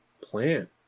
plant